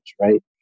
right